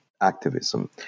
activism